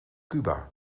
cuba